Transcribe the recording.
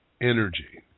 energy